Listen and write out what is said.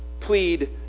plead